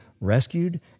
rescued